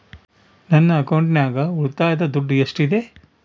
ನನ್ನ ಅಕೌಂಟಿನಾಗ ಉಳಿತಾಯದ ದುಡ್ಡು ಎಷ್ಟಿದೆ?